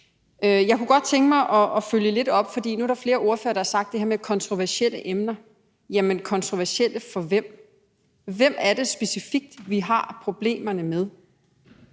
Jeg kunne godt tænke mig at følge lidt op på noget, for nu er der flere ordførere, der har sagt det her med kontroversielle emner. Jamen kontroversielle for hvem? Hvem er det specifikt, vi har problemerne med?